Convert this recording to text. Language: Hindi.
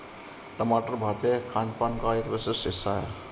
टमाटर भारतीय खानपान का एक विशिष्ट हिस्सा है